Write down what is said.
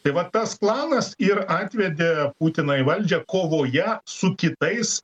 tai vat tas planas ir atvedė putiną į valdžią kovoje su kitais